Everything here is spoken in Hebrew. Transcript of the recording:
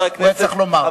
הוא היה צריך לומר.